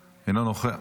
--- מוותר.